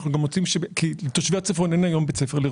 שם אין בית ספר.